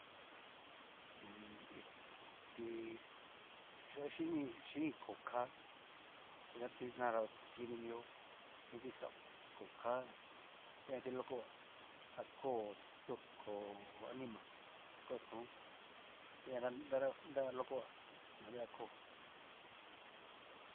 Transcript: hí ti yó chiki chini koo ká nati nrada tinti mio, tinti kao koo ká tegan ngu kiti loco nga a koo to koo anima, chín koo tón kitijan nanra na loco nga no koo.